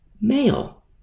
male